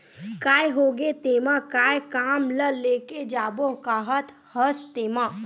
काय होगे तेमा काय काम ल लेके जाबो काहत हस तेंमा?